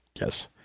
Yes